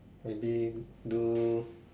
maybe do